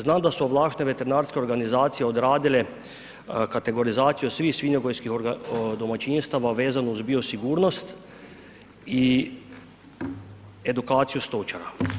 Znam da su ovlaštene veterinarske organizacije odradile kategorizaciju svih svinjogojskih domaćinstava vezanu uz bio sigurnost i edukaciju stočara.